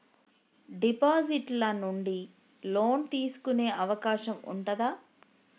Deposit ల నుండి loan తీసుకునే అవకాశం ఉంటదా?